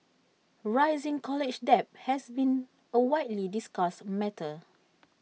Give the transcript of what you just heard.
rising college debt has been A widely discussed matter